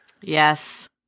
Yes